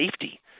safety